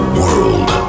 world